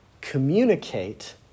communicate